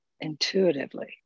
intuitively